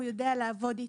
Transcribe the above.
הוא יידע לעבוד איתה.